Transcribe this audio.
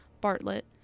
Bartlett